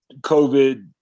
COVID